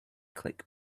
click